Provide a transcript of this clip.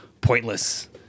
pointless